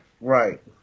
right